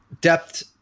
depth